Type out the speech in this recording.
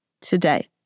today